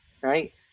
right